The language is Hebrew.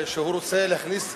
שרוצה להכניס,